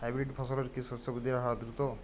Hybrid ফসলের কি শস্য বৃদ্ধির হার দ্রুত?